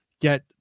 get